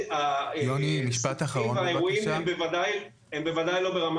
הסיכונים והאירועים הם בוודאי לא ברמה